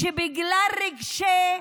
שבגלל רגשי,